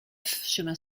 chemin